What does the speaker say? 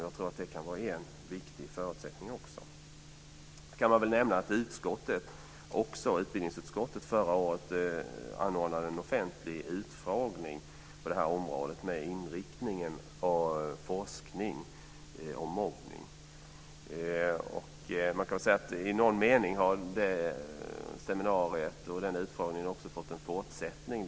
Jag tror att det också kan vara en viktig förutsättning. Jag kan nämna att utbildningsutskottet förra året anordnade en offentlig utfrågning på detta område med inriktning på forskning om mobbning. I någon mening har detta seminarium fått en fortsättning.